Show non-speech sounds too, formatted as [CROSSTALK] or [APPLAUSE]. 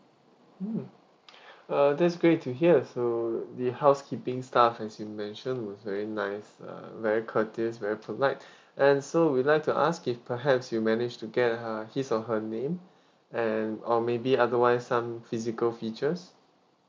mm [BREATH] uh that's great to hear so the housekeeping staff as you mentioned was very nice uh very courteous very polite [BREATH] and so we'd like to ask if perhaps you manage to get her his or her name and or maybe otherwise some physical features